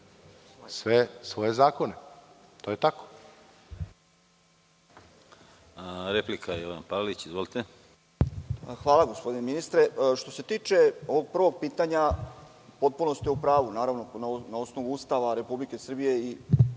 sve svoje zakone. To je tako.